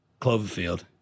Cloverfield